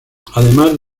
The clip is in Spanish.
además